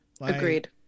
Agreed